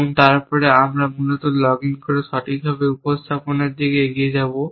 এবং তারপরে আমরা মূলত লগইন করে সঠিকভাবে উপস্থাপনের দিকে এগিয়ে যাব